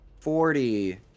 forty